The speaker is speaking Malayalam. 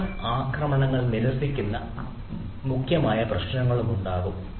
സേവന ആക്രമണങ്ങൾ നിരസിക്കുന്ന മറ്റ് പ്രശ്നങ്ങളുണ്ടാകാം